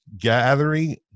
Gathering